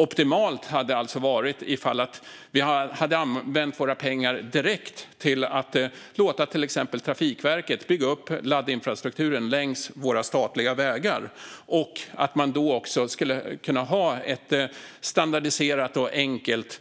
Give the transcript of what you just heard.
Optimalt hade alltså varit om vi använt våra pengar direkt till att låta till exempel Trafikverket bygga upp laddinfrastrukturen längs våra statliga vägar och att man då också skulle kunna ha ett standardiserat och enkelt